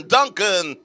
Duncan